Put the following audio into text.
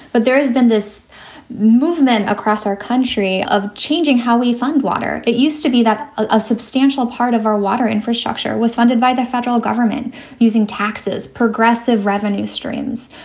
but there has been this movement across our country of changing how we fund water. it used to be that a substantial part of our water infrastructure was funded by the federal government using taxes, progressive revenue streams.